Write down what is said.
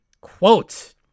Quote